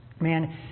man